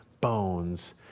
bones